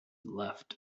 left